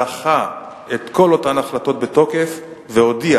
דחה את כל אותן החלטות בתוקף והודיע